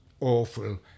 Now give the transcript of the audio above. awful